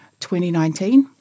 2019